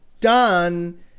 done